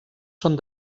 són